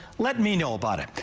let me know about it.